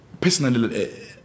Personally